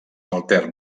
altern